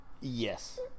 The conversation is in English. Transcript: Yes